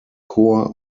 chor